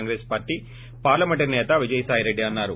Congress party parliamentary సేత విజయసాయిరేడ్డి అన్నారు